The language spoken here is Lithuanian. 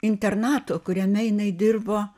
internato kuriame jinai dirbo